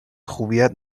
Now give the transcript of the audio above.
خوبیت